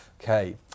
Okay